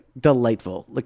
delightful